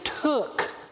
took